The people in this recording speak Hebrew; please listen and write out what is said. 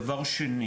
דבר שני